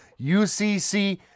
ucc